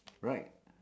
right